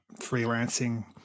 freelancing